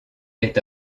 est